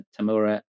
Tamura